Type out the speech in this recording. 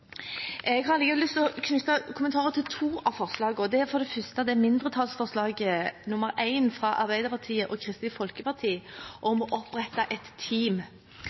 Jeg har lyst å knytte kommentarer til to av forslagene, og det gjelder for det første mindretallsforslag nr. 1, fra Arbeiderpartiet og Kristelig Folkeparti, om å opprette et team: